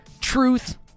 truth